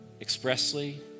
expressly